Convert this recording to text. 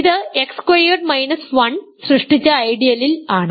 ഇത് x squared minus 1 സൃഷ്ടിച്ച ഐഡിയലിൽ ആണ്